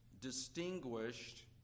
distinguished